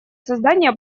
создания